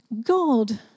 God